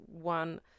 one